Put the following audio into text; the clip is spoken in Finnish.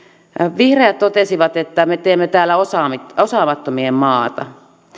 vihreät totesivat että me teemme täällä osaamattomien maata